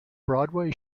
broadway